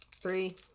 three